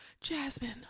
Jasmine